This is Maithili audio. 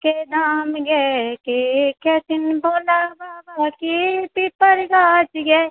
के धाम ये कि खेथिन भोला बाबा कि पिपर गाछ ये